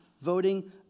voting